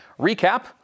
recap